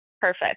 Perfect